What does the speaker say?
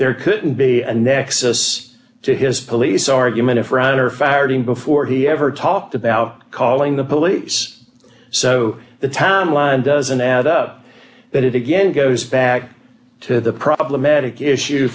there couldn't be and nexus to his police argument for her firing before he ever talked about calling the police so the town line doesn't add up but it again goes back to the problematic issue